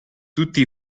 tutti